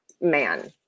man